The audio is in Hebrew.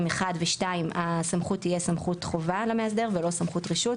1 ו-2 הסמכות תהיה סמכות חובה למאסדר ולא סמכות רשות,